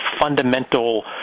fundamental